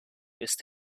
ist